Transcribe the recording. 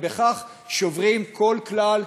ובכך שוברים כל כלל